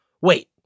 Wait